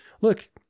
look